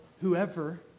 whoever